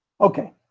Okay